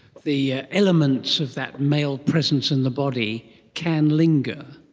the ah elements of that male presence in the body can linger,